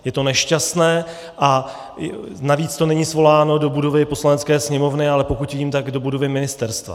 Je to nešťastné a navíc to není svoláno do budovy Poslanecké sněmovny, ale pokud vím, do budovy ministerstva.